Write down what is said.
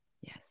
Yes